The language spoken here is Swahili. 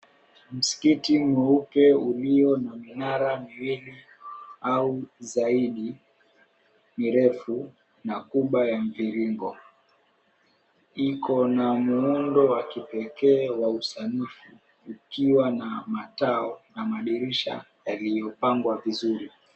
Msikiti mweupe ulio na minara miwili, au zaidi mirefu na kuba ya mviringo. Iko na muundo wa kipekee wa usanifu ukiwa na matao na madirisha yaliyopangwa vizuri.